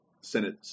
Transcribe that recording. Senate